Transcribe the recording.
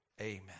amen